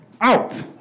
Out